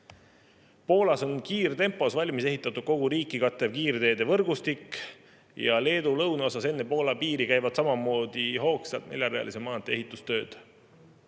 Poolas on kiirtempos valmis ehitatud kogu riiki kattev kiirteedevõrgustik ja Leedu lõunaosas enne Poola piiri käivad samamoodi hoogsalt neljarealise maantee ehitustööd. Läbi